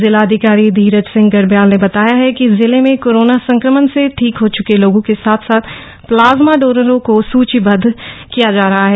जिलाधिकारी धीराज सिंह गर्ब्याल ने बताया कि है कि जिले में कोरोनो संक्रमण से ठीक हो चुके लोगो के साथ साथ प्लाज्मा डोनरो को सुचीबद्व कर रहा है